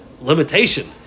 limitation